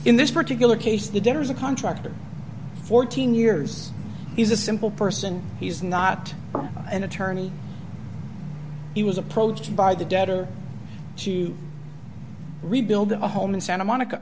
in this particular case the dinner was a contractor fourteen years he's a simple person he's not an attorney he was approached by the debtor to rebuild a home in santa monica